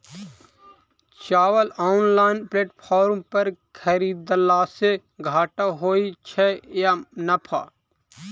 चावल online platform पर खरीदलासे घाटा होइ छै या नफा?